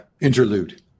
interlude